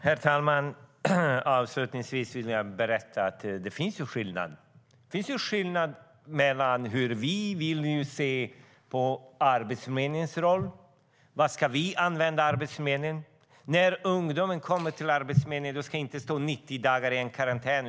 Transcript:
Herr talman! Jag vill berätta att det finns skillnader mellan hur vi ser på Arbetsförmedlingens roll och vad vi ska använda Arbetsförmedlingen till. När ungdomar kommer till Arbetsförmedlingen ska de inte stå 90 dagar i karantän.